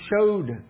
showed